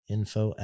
info